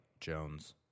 Jones